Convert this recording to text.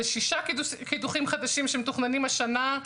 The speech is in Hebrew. זה שישה קידוחים חדשים שמתוכננים השנה.